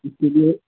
इसलिए